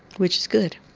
which is good.